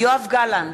יואב גלנט,